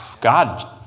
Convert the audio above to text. God